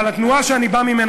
אבל התנועה שאני בא ממנה,